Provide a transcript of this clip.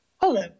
Hello